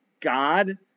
God